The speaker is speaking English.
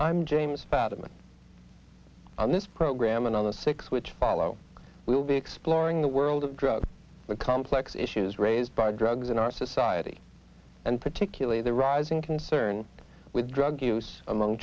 i'm james that i'm on this program another six which follow we will be exploring the world of drugs the complex issues raised by drugs in our society and particularly the rising concern with drug use among